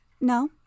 No